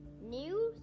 News